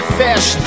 fish